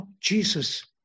Jesus